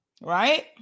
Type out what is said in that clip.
Right